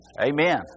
Amen